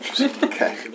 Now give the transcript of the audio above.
Okay